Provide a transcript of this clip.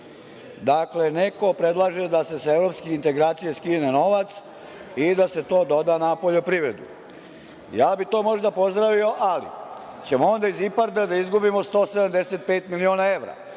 neko predlaže da se sa evropske integracije skine novac i da se to doda na poljoprivredu. Ja bih to možda pozdravio, ali ćemo onda iz IPARD-a izgubimo 175 miliona evra.